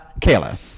Kayla